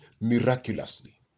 miraculously